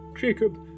Jacob